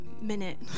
minute